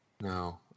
no